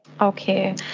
Okay